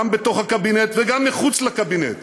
גם בתוך הקבינט וגם מחוץ לקבינט,